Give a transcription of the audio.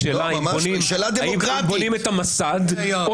השאלה היא אם מתחילים בנייה מהמסד או